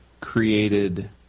created